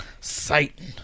Satan